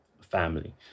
family